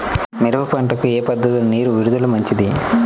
మిరప పంటకు ఏ పద్ధతిలో నీరు విడుదల మంచిది?